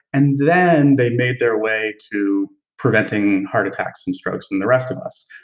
and then they made their way to preventing heart attacks and strokes in the rest of us.